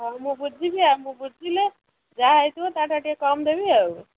ହେଉ ମୁଁ ବୁଝିବି ଆଉ ମୁଁ ବୁଝିଲେ ଯାହା ହୋଇଥିବ ତାଠାରୁ ଟିକେ କମ୍ ଦେବି ଆଉ